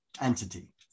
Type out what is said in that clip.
entity